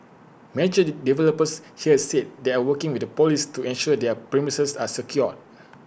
major developers here said they are working with the Police to ensure their premises are secure